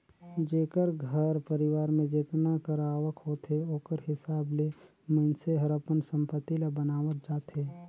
जेकर घर परिवार में जेतना कर आवक होथे ओकर हिसाब ले मइनसे हर अपन संपत्ति ल बनावत जाथे